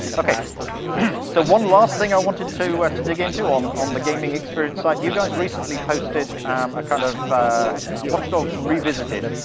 so, one last thing i wanted to to dig into on on the gaming experience side. you guys recently posted um a kind of watchdogs revisited,